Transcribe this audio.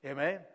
Amen